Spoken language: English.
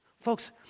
Folks